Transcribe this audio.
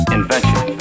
Invention